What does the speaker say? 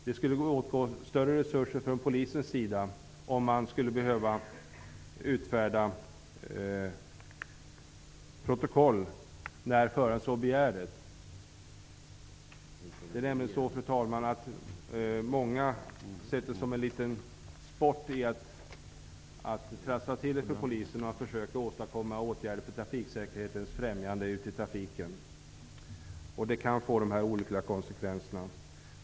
Det skulle åtgå större resurser från polisens sida om man skulle behöva utfärda protokoll när förare så begär det. Det är nämligen så, fru talman, att många har som sport att trassla till det för polisen när det gäller att åstadkomma åtgärder för trafiksäkerhetens främjande. Konsekvenserna kan alltså bli olyckliga.